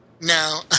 No